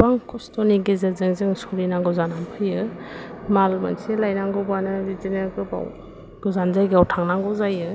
गोबां खस्थ'नि गेजेरजों जों सोलिनांगौ जानानै फैयो माल मोनसे लायनांगौबानो बिदिनो गोबाव गोजान जायगायाव थांनांगौ जायो